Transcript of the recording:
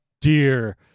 dear